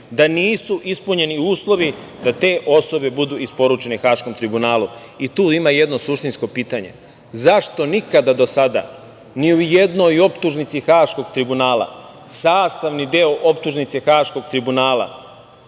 da nisu ispunjeni uslovi, da te osobe budu isporučene Haškom tribunalu.I tu ima jedno suštinsko pitanje, zašto nikada do sada, ni u jednoj optužnici Haškog tribunala, sastavni deo optužnice Haškog tribunala,